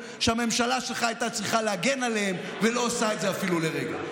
שהממשלה שלך הייתה צריכה להגן עליהם ולא עושה את זה אפילו לרגע.